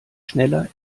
schneller